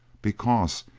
because,